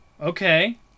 okay